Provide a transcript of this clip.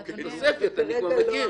גם אני לא רוצה.